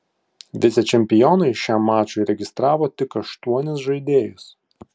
vicečempionai šiam mačui registravo tik aštuonis žaidėjus